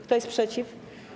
Kto jest przeciw?